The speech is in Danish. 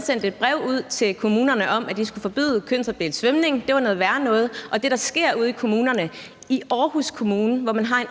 sendte et brev ud til kommunerne om, at de skulle forbyde kønsopdelt svømning, for det var noget værre noget, og det, der sker ude i kommunerne, er: I Aarhus Kommune, hvor man har